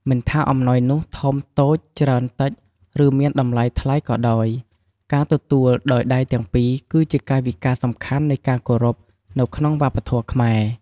មិនថាអំណោយនោះ ធំ តូច ច្រើន តិច ឬមានតម្លៃថ្លៃក៏ដោយ ការទទួលដោយដៃទាំងពីរគឺជាកាយវិការសំខាន់នៃការគោរពនៅក្នុងវប្បធម៌ខ្មែរ។